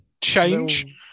change